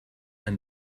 and